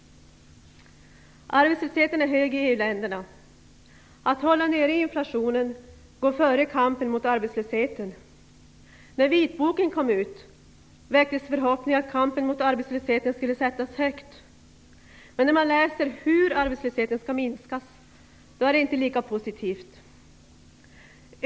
Arbetslösheten är hög i EU-länderna. Att hålla nere inflationen går före kampen mot arbetslösheten. När vitboken kom ut väcktes förhoppningar att kampen mot arbetslösheten skulle sättas högt. Men när man läser hur arbetslösheten skall minskas, ser man att det inte är lika positivt.